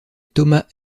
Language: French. thomas